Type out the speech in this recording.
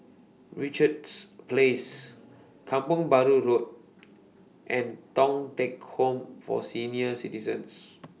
Richards Place Kampong Bahru Road and Thong Teck Home For Senior Citizens